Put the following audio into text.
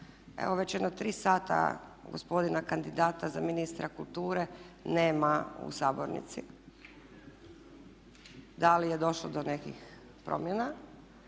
evo već jedno tri sata gospodina kandidata za ministra kulture nema u sabornici. Da li je došlo do nekih promjena?